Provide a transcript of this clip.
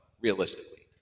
realistically